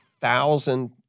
thousand